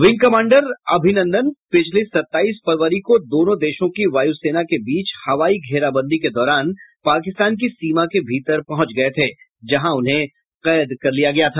wing commander Abhinandan पिछली सत्ताईस फरवरी को दोनों देशों की वायु सेना के बीच हवाई घेराबंदी के दौरान पाकिस्तान की सीमा के भीतर पहुंच गए थे जहां उन्हें कैद कर लिया गया था